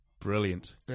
Brilliant